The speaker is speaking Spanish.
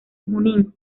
junín